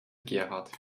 gerhard